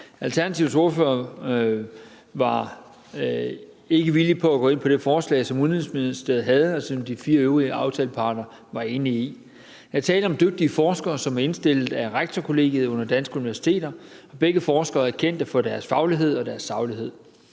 Alternativets ordfører var ikke villig til at gå ind på det forslag, som Udenrigsministeriet havde, og som de fire øvrige aftaleparter var enige i. Der er tale om dygtige forskere, som er indstillet af Rektorkollegiet under Danske Universiteter. Begge forskere er kendt for deres faglighed og deres saglighed.